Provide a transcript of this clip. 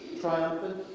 triumphant